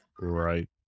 Right